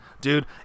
Dude